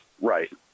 Right